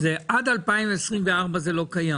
מה שהיא אומרת, זה שעד 2024 זה לא קיים.